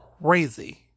crazy